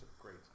great